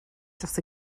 dros